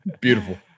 Beautiful